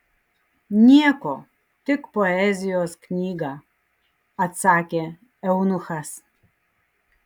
nieko tik poezijos knygą atsakė eunuchas